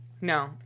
No